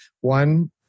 one